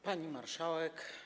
Pani Marszałek!